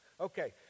Okay